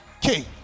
king